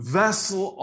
vessel